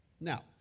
Now